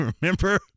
remember